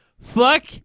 Fuck